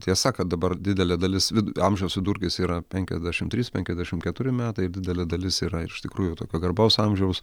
tiesa kad dabar didelė dalis vidu amžiaus vidurkis yra penkiasdešim trys penkiasdešim keturi metai ir didelė dalis yra iš tikrųjų tokio garbaus amžiaus